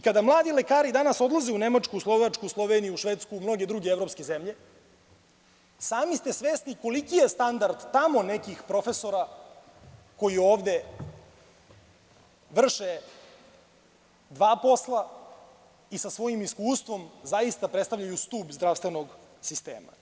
Kada mladi lekari danas odlaze u Nemačku, Slovačku, Sloveniju, Švedsku, mnoge druge evropske zemlje, sami ste svesni koliki je standard tamo nekih profesora koji ovde vrše dva posla i sa svojim iskustvom zaista predstavljaju stub zdravstvenog sistema.